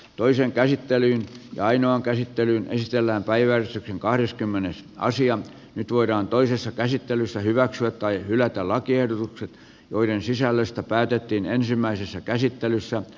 toisen käsittelyn ja enon käsittelyyn risteillään päiväys kahdeskymmenes naisia nyt voidaan toisessa käsittelyssä hyväksyä tai hylätä lakiehdotukset joiden sisällöstä päätettiin ensimmäisessä käsittelyssä